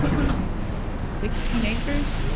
sixteen acres,